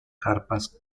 carpas